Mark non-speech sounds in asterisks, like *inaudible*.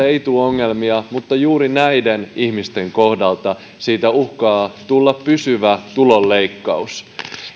*unintelligible* ei tule ongelmia mutta juuri näiden ihmisten kohdalla siitä uhkaa tulla pysyvä tulonleikkaus